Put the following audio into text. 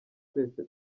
twese